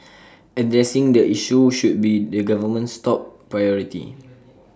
addressing the issue should be the government's top priority